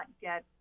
get